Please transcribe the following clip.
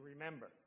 remember